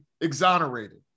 exonerated